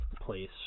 place